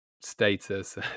status